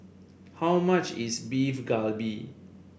how much is Beef Galbi